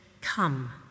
come